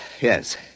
Yes